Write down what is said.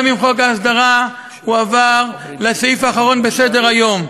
גם אם חוק ההסדרה הועבר לסעיף האחרון בסדר-היום,